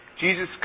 Jesus